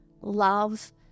love